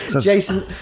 Jason